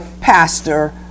pastor